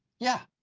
yeah,